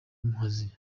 muhazi